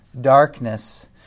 Darkness